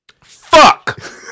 Fuck